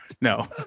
No